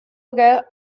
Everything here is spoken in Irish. óga